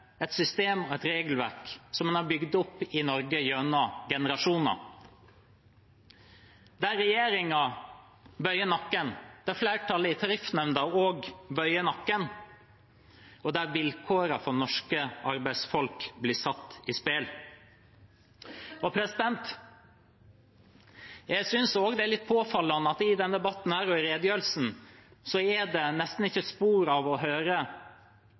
et system og et regelverk som en har bygd opp i Norge gjennom generasjoner, der regjeringen bøyer nakken, der flertallet i Tariffnemnda også bøyer nakken, og der vilkårene for norske arbeidsfolk blir satt i spill. Jeg synes også det er litt påfallende at det i denne debatten og i redegjørelsen nesten ikke er spor etter, ikke noe å høre